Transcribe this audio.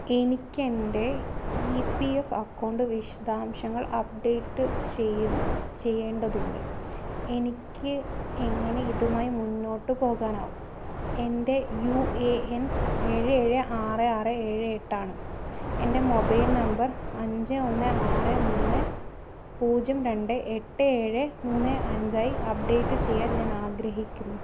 എനിക്ക് എൻ്റെ E P F account വിശദാംശങ്ങൾ അപ്ഡേറ്റ് ചെയ്യേണ്ടതുണ്ട് എനിക്ക് എങ്ങനെ ഇതുമായി മുന്നോട്ട് പോകാനാകും എൻ്റെ യു എ എൻ ഏഴ് ഏഴ് ആറ് ആറ് ഏഴ് എട്ടാണ് എൻ്റെ മൊബൈൽ നമ്പർ അഞ്ച് ഒന്ന് ആറ് മൂന്ന് പൂജ്യം രണ്ട് എട്ട് ഏഴ് മൂന്ന് അഞ്ചായി അപ്ഡേറ്റ് ചെയ്യാൻ ഞാൻ ആഗ്രഹിക്കുന്നു